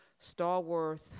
Stalworth